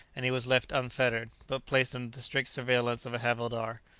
and he was left unfettered, but placed under the strict surveillance of a havildar.